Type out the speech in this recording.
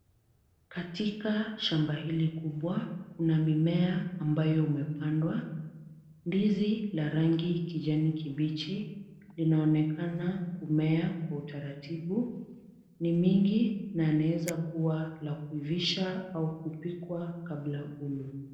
Katika shamba hili kubwa kuna mimea ambayo imepandwa ,ndizi la rangi kijani kibichi inaonekana kumea kwa utaratibu ,ni mingi na inaeza kua la kuivisha au kupikwa kabla kulwa.